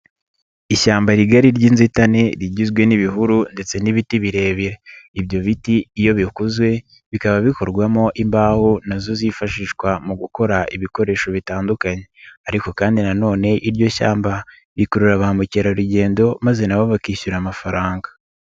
Ishyamba rigari ry'inzitane rigizwe n'ibihuru ndetse n'ibiti birebire, ibyo biti iyo bikuzwe bikaba bikorwamo imbaho na zo zifashishwa mu gukora ibikoresho bitandukanye ariko kandi nanone iryo shyamba rikurura ba mukerarugendo maze na bo bakishyura amafaranga.